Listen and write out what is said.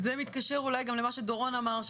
זה מתקשר גם אולי למה שדורון אמר,